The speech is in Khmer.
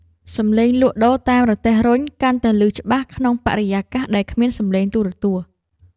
សំឡេងលក់ដូរតាមរទេះរុញ កាន់តែឮច្បាស់ក្នុងបរិយាកាសដែលគ្មានសំឡេងទូរទស្សន៍។